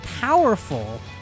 powerful